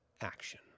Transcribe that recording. action